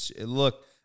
Look